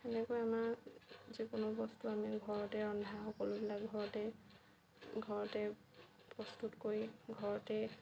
সেনেকৈ আমাৰ যিকোনো বস্তু আমি ঘৰতে ৰন্ধা সকলো বিলাক ঘৰতে ঘৰতে প্ৰস্তুত কৰি ঘৰতে